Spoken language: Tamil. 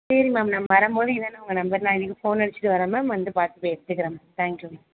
சரி மேம் நான் வரம்போது இதானே உங்கள் நம்பர் நான் இதுக்கு ஃபோன் அடிச்சிட்டு வரேன் மேம் வந்து பார்த்துட்டு எடுத்துக்கறேன் மேம் தேங்க் யூ மேம்